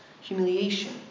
humiliation